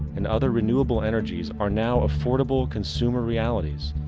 and other renewable energies are now affordable consumer realities,